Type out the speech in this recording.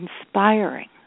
inspiring